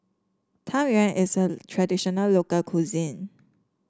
Tang Yuen is a traditional local cuisine